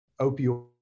opioid